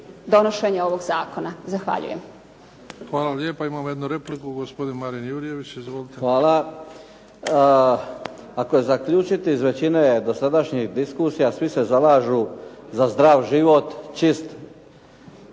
donošenje ovog zakona. Zahvaljujem. **Bebić, Luka (HDZ)** Hvala lijepa. Imamo jednu repliku gospodin Marin Jurjević. Izvolite. **Jurjević, Marin (SDP)** Hvala. Ako je zaključiti iz većine dosadašnjih diskusija, svi se zalažu za zdrav život, čist